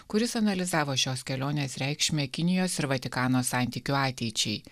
kuris analizavo šios kelionės reikšmę kinijos ir vatikano santykių ateičiai